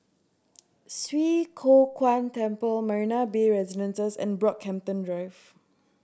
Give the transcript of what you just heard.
Swee Kow Kuan Temple Marina Bay Residences and Brockhampton Drive